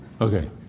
Okay